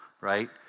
right